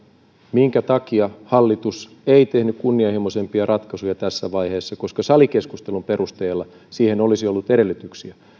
minkä takia hallitus ei tehnyt kunnianhimoisempia ratkaisuja tässä vaiheessa koska salikeskustelun perusteella siihen olisi ollut edellytyksiä